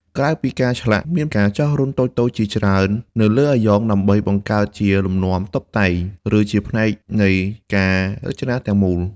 ក្រៅពីការឆ្លាក់ មានការចោះរន្ធតូចៗជាច្រើននៅលើអាយ៉ងដើម្បីបង្កើតជាលំនាំតុបតែង ឬជាផ្នែកនៃការរចនាទាំងមូល។